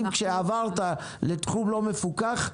האם כשעברתם לתחום לא מפוקח,